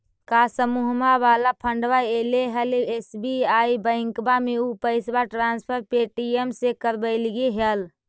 का समुहवा वाला फंडवा ऐले हल एस.बी.आई बैंकवा मे ऊ पैसवा ट्रांसफर पे.टी.एम से करवैलीऐ हल?